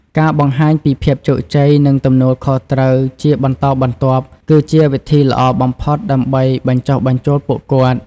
ការបង្ហាញពីភាពជោគជ័យ និងទំនួលខុសត្រូវជាបន្តបន្ទាប់ គឺជាវិធីល្អបំផុតដើម្បីបញ្ចុះបញ្ចូលពួកគាត់។